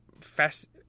Fast